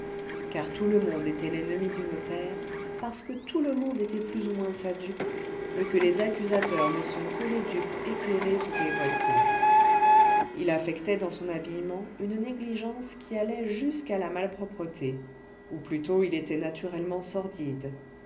car tout le monde était l'ennemi du notaire parce que tout le monde était plus ou moins sa dupe et que les accusateurs ne sont que les dupes éclairées ou révoltées il affectait dans son habillement une négligence qui allait jusqu'à la malpropreté ou plutôt il était naturellement sordide